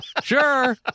Sure